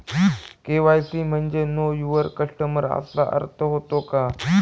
KYC म्हणजे know your customer असा अर्थ होतो का?